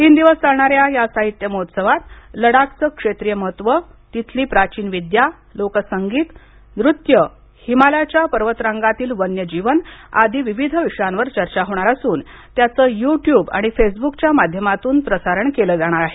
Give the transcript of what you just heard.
तीन दिवस चालणाऱ्या या साहित्य महोत्सवात लडाखचे क्षेत्रीय महत्त्व तिथली प्राचीन विद्या लोकसंगीत नृत्य हिमालयाच्या पर्वत रांगातील वन्य जीवन आदी विविध विषयांवर चर्चा होणार असून त्याच यु ट्यूब आणि फेसबुकच्या माध्यमातून प्रसारण केल जाणार आहे